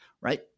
right